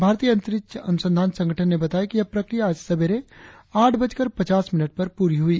भारतीय अंतरिक्ष अनुसंधान संगठन ने बताया कि यह प्रक्रिया आज सवेरे आठ बजकर पचास मिनट पर पूरी हुई